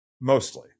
mostly